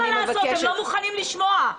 הם לא מוכנים לשמוע.